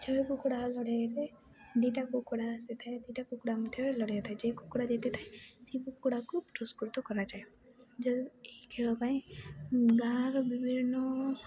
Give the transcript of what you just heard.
ଛେଳି କୁକୁଡ଼ା ଲଢ଼େଇରେ ଦୁଇଟା କୁକୁଡ଼ା ଆସିଥାଏ ଦୁଇଟା କୁକୁଡ଼ା ମଧ୍ୟରେ ଲଢ଼େଇଥାଏ ଯେ କୁକୁଡ଼ା ଜିତିଥାଏ ସେ କୁକୁଡ଼ାକୁ ପୁରସ୍କୃତ କରାଯାଏ ଏହି ଖେଳ ପାଇଁ ଗାଁର ବିଭିନ୍ନ